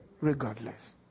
Regardless